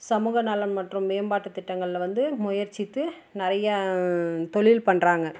சமூகநலன் மற்றும் மேம்பாட்டு திட்டங்களில் வந்து முயற்சித்து நிறையா தொழில் பண்ணுறாங்க